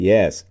Yes